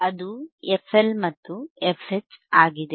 ಅದು FL ಮತ್ತು FH ಆಗಿದೆ